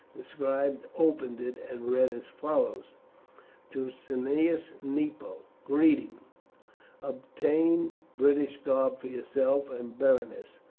the scribe opened it and read as follows to cneius nepo, greeting obtain british garb for yourself and berenice.